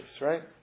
right